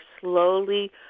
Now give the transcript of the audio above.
slowly